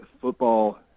football